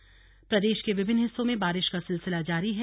मौसम प्रदेश के विभिन्न हिस्सों में बारिश का सिलसिला जारी है